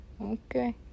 Okay